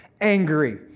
angry